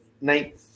night